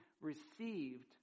received